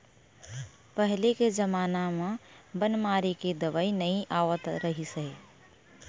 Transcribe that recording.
पहिली के जमाना म बन मारे के दवई नइ आवत रहिस हे